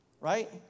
right